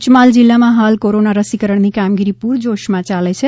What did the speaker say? પંચમહાલ જિલ્લામાં હાલ કોરોના રસીકરણ ની કામગીરી પૂરજોશમાં ચાલી રહી છે